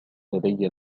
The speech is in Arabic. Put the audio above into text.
لدي